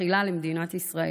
ותחילה למדינת ישראל.